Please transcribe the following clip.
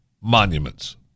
Monuments